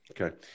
Okay